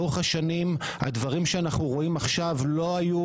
לאורך השנים הדברים שאנחנו רואים עכשיו לא היו